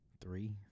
Three